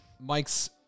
Mike's